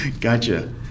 Gotcha